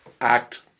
act